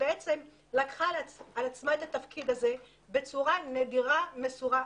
לקחה על עצמה את התפקיד הזה בצורה נדירה ומסורה.